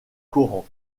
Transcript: coran